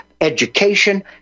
education